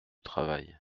travail